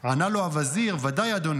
ענה לו הווזיר: ודאי אדוני,